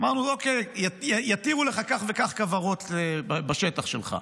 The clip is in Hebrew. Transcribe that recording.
אמרו: אוקיי, יתירו לך כך וכך כוורות בשטח שלך.